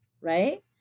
Right